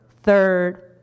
third